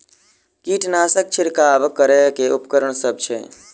कीटनासक छिरकाब करै वला केँ उपकरण सब छै?